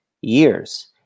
years